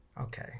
Okay